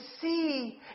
see